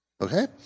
Okay